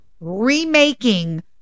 remaking